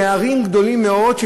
שהוא מצביע על פערים גדולים מאוד,